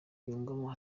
yungamo